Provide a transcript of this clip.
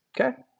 okay